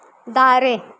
ᱫᱟᱨᱮ